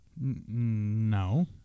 No